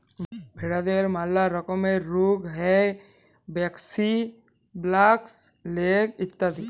ভেরাদের ম্যালা রকমের রুগ হ্যয় ব্র্যাক্সি, ব্ল্যাক লেগ ইত্যাদি